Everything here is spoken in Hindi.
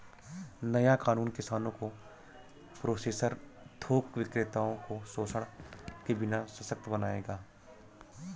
नया कानून किसानों को प्रोसेसर थोक विक्रेताओं को शोषण के बिना सशक्त बनाएगा